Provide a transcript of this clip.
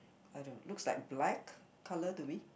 I don't looks like black colour to me